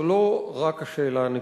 זה לא רק השאלה הנקודתית.